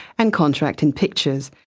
and contract in pictures.